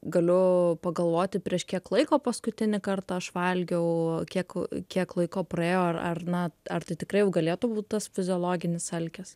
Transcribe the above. galiu pagalvoti prieš kiek laiko paskutinį kartą aš valgiau kiek kiek laiko praėjo ar ar na ar tai tikrai jau galėtų būt tas fiziologinis alkis